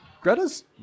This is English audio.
Greta's